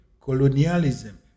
colonialism